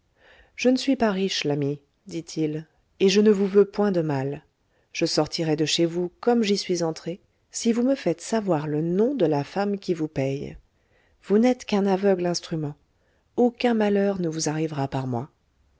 je ne suis pas riche l'ami dit-il et je ne vous veux point de mal je sortirai de chez vous comme j'y suis entré si vous me faites savoir le nom de la femme qui vous paye vous n'êtes qu'un aveugle instrument aucun malheur ne vous arrivera par moi